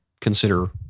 consider